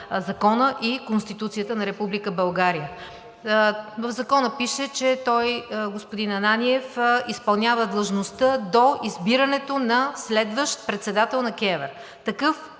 и Конституцията на Република България. В Закона пише, че той, господин Ананиев, изпълнява длъжността до избирането на следващ председател на КЕВР.